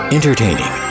Entertaining